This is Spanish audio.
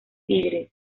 tigre